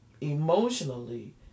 emotionally